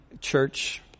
church